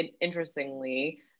interestingly